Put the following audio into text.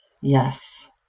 Yes